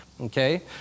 Okay